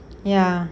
ya